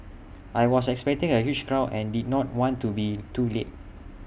I was expecting A huge crowd and did not want to be too late